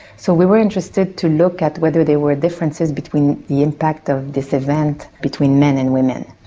so we were interested to look at whether there were differences between the impact of this event between men and women.